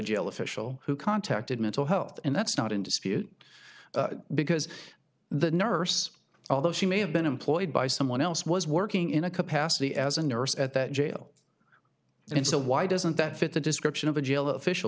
jail official who contacted mental health and that's not in dispute because the nurse although she may have been employed by someone else was working in a capacity as a nurse at that jail and so why doesn't that fit the description of a jail official